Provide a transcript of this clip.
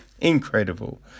Incredible